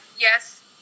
yes